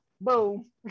Boom